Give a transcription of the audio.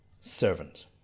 servant